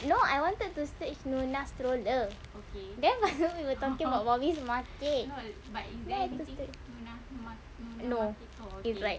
no I wanted to search Nuna stroller then while we were talking about mummies market then I search no it's like